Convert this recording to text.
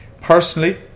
Personally